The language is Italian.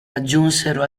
aggiunsero